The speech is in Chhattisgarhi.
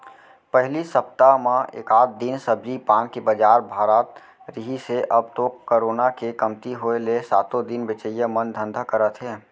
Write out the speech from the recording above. पहिली सप्ता म एकात दिन सब्जी पान के बजार भरात रिहिस हे अब तो करोना के कमती होय ले सातो दिन बेचइया मन धंधा करत हे